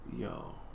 Yo